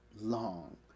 long